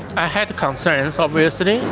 i had concerns obviously.